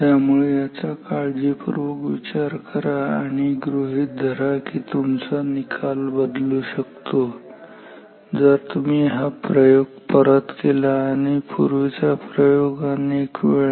त्यामुळे याचा काळजीपूर्वक विचार करा आणि गृहीत धरा की तुमचा निकाल बदलू शकतो जर तुम्ही हा प्रयोग परत केला आणि पूर्वीचा प्रयोग अनेक वेळा